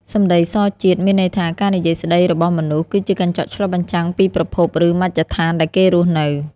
«សម្ដីសជាតិ» មានន័យថា ការនិយាយស្ដីរបស់មនុស្ស គឺជាកញ្ចក់ឆ្លុះបញ្ចាំងពីប្រភព ឬមជ្ឈដ្ឋានដែលគេរស់នៅ។